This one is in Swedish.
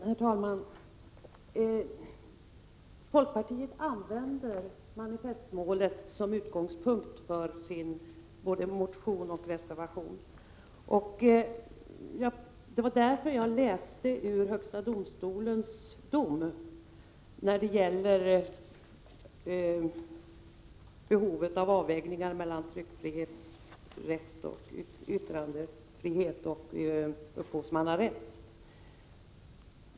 Herr talman! Folkpartiet använder manifestmålet som utgångspunkt både för sin motion och för sin reservation. Det var därför jag läste det som uttalades i högsta domstolens dom om behovet av avvägning mellan yttrandefrihet och upphovsrätt.